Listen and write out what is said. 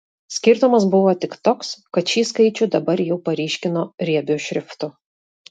skirtumas buvo tik toks kad šį skaičių dabar jau paryškino riebiu šriftu